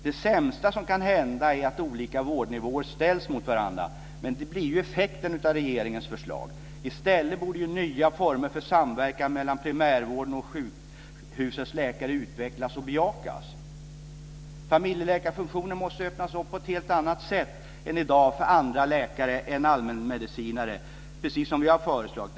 Det sämsta som kan hända är att olika vårdnivåer ställs mot varandra, men det blir ju effekten av regeringens förslag. I stället borde nya former för samverkan mellan primärvården och sjukhusens läkare utvecklas och bejakas. Familjeläkarfunktionen måste öppnas på ett helt annat sätt än i dag för andra läkare än allmänmedicinare, precis som vi har föreslagit.